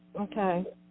okay